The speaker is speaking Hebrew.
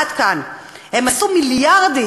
הסיעודיים הקולקטיביים באופן חד-צדדי,